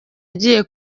agiye